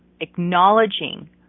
acknowledging